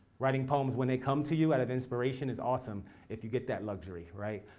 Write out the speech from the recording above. writing poems when they come to you out of inspiration is awesome if you get that luxury, right?